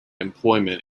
employment